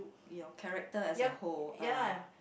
your character as a whole